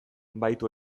bahitu